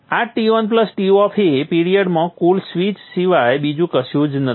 આ Ton Toff એ પીરિયડમાં કુલ સ્વીચ સિવાય બીજું કશું જ નથી